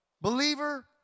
Believer